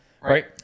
Right